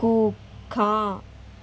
కుక్క